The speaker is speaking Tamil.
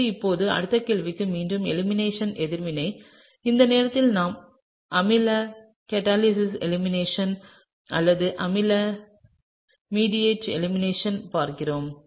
எனவே இப்போது அடுத்த கேள்வி மீண்டும் ஒரு எலிமினேஷன் எதிர்வினை இந்த நேரத்தில் நாம் அமில கேட்டலிஸிட் எலிமினேஷன் அல்லது அமில மீடியேட் எலிமினேஷன் பார்க்கிறோம்